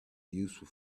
useful